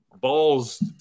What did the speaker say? balls